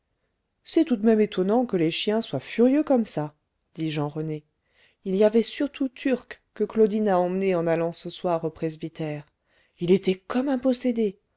c'est tout de même étonnant que les chiens soient furieux comme ça dit jean rené il y avait surtout turc que claudine a emmené en allant ce soir au presbytère il était comme un possédé